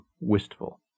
wistful